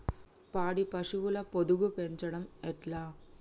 పాడి పశువుల పొదుగు పెంచడం ఎట్లా?